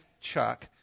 chuck